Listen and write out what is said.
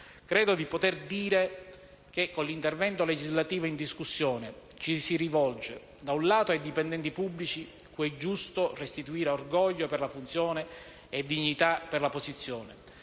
credo di poter dire che con l'intervento legislativo in discussione ci si rivolge da un lato ai dipendenti pubblici cui è giusto restituire orgoglio per la funzione e dignità per la posizione,